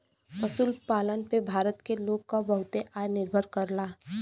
पशुपालन पे भारत के लोग क बहुते आय निर्भर करला